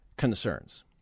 Concerns